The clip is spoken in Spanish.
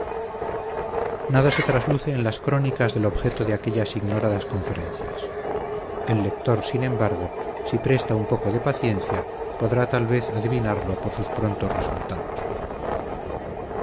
nada se trasluce en las crónicas del objeto de aquellas ignoradas conferencias el lector sin embargo si presta un poco de paciencia podrá tal vez adivinarlo por sus prontos resultados